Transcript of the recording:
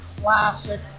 classic